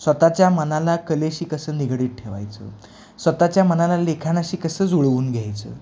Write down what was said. स्वतःच्या मनाला कलेशी कसं निगडीत ठेवायचं स्वतःच्या मनाला लेखानाशी कसं जुळवून घ्यायचं